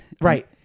Right